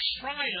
triumph